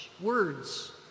words